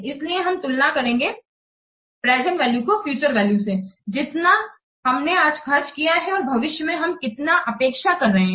इसलिए हम तुलना करेंगे प्रेजेंट वैल्यू को फ्यूचर वैल्यू से जितना हमने आज खर्च किया है और भविष्य में हम कितना अपेक्षा कर रहे हैं